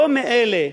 לא מאלה,